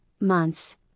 months